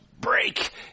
break